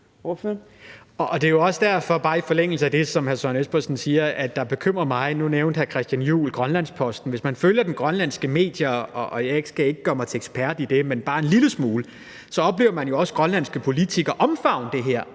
Det er jo også – bare i forlængelse af det, som hr. Søren Espersen siger – det, der bekymrer mig. Nu nævnte hr. Christian Juhl Grønlandsposten, og hvis man følger de grønlandske medier bare en lille smule, og jeg skal ikke gøre mig til ekspert i det, så oplever man jo også grønlandske politikere omfavne det her